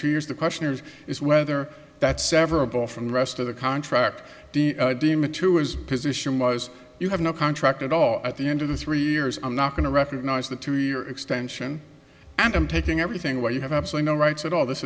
two years the question is is whether that sever a ball from the rest of the contract demon to his position was you have no contract at all at the end of the three years i'm not going to recognise the two year extension and i'm taking everything away you have absolute no rights at all this